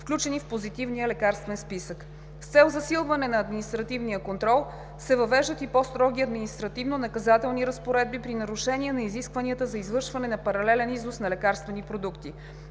включени в Позитивния лекарствен списък. С цел засилване на административния контрол се въвеждат и по-строги административнонаказателни разпоредби при нарушение на изискванията за извършаване на паралелен износ на лекарствени продукти.